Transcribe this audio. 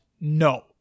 no